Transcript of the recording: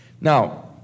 Now